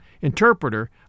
interpreter